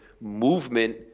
movement